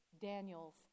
Daniel's